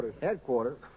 Headquarters